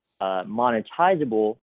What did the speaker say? monetizable